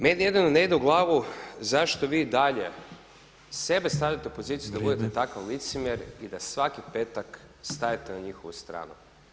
Meni jedino ne ide u glavu zašto vi dalje sebe stavljate u poziciju da budete takav licemjer i da svaki petak stajete na njihovu stranu.